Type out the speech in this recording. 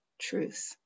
truth